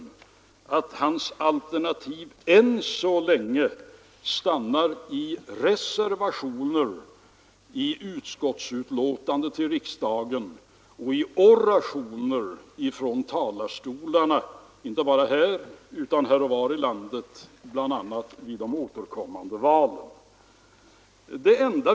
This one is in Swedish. Herr Burenstam Linder kritiserar starkt matsubventionerna och subventionerna till bostadsbyggande — och på den punkten har han självfallet sin partiledare med sig.